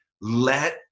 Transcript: let